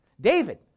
David